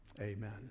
amen